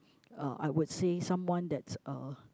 uh I would say someone that's uh